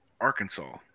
Arkansas